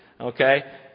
Okay